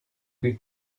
cui